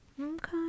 Okay